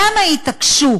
למה התעקשו